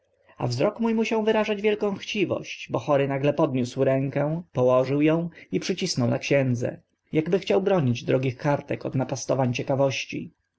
a wzrok mó musiał wyrażać wielką chciwość bo chory nagle podniósł rękę położył ą i przycisnął na księdze akby chciał bronić drogich kartek od napastowań ciekawości